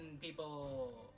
people